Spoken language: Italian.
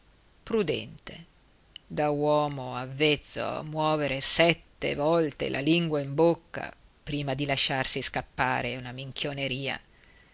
prudente da uomo avvezzo a muovere sette volte la lingua in bocca prima di lasciarsi scappare una minchioneria